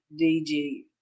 DG